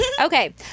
okay